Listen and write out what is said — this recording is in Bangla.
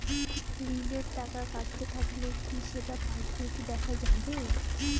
ঋণের টাকা কাটতে থাকলে কি সেটা পাসবইতে দেখা যাবে?